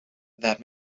that